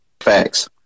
Facts